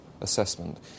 assessment